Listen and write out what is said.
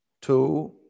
two